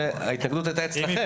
וההתנגדות הייתה אצלכם.